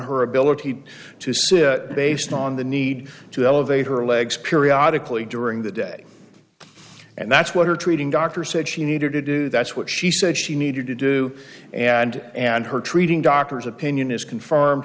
her ability to sue based on the need to elevate her legs periodical during the day and that's what her treating doctor said she needed to do that's what she said she needed to do and and her treating doctor's opinion is confirm